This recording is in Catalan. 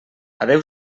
adéu